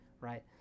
right